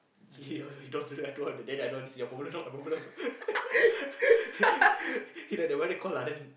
he don't want to do then I don't want this is your problem not my problem he like the mother call ah then